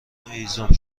هیزم